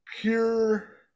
pure